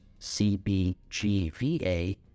CBGVA